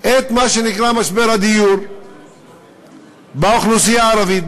את מה שנקרא משבר הדיור באוכלוסייה הערבית,